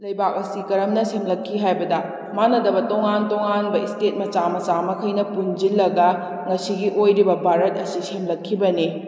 ꯂꯩꯕꯥꯛ ꯑꯁꯤ ꯀꯔꯝꯅ ꯁꯦꯝꯂꯛꯈꯤ ꯍꯥꯏꯕꯗ ꯃꯥꯟꯅꯗꯕ ꯇꯣꯉꯥꯟ ꯇꯣꯉꯥꯟꯕ ꯏꯁꯇꯦꯠ ꯃꯆꯥ ꯃꯆꯥ ꯃꯈꯩꯅ ꯄꯨꯟꯁꯤꯜꯂꯒ ꯉꯁꯤꯒꯤ ꯑꯣꯏꯔꯤꯕ ꯚꯥꯔꯠ ꯑꯁꯤ ꯁꯦꯝꯂꯛꯈꯤꯕꯅꯤ